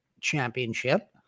championship